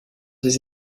des